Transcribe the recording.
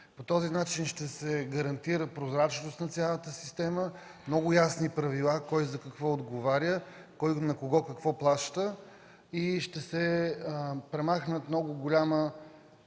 По този начин ще се гарантира прозрачност на цялата система, много ясни правила – кой за какво отговаря, кой на кого, какво плаща и ще се премахне много голяма